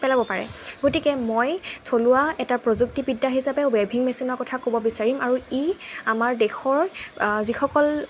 পেলাব পাৰে গতিকে মই থলুৱা এটা প্ৰযুক্তিবিদ্যা হিচাপে ৱেভিং মেচিনৰ কথা ক'ব বিচাৰিম আৰু ই আমাৰ দেশৰ যিসকল